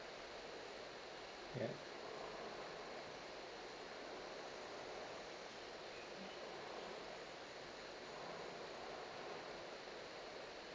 ya